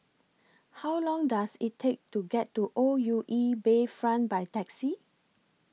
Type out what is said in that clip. How Long Does IT Take to get to O U E Bayfront By Taxi